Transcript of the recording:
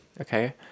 Okay